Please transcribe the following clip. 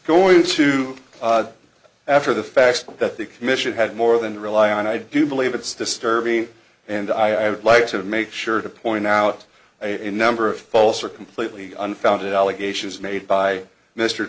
going to after the fact that the commission had more than rely on i do believe it's disturbing and i would like to make sure to point out a number of false or completely unfounded allegations made by mr